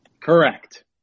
Correct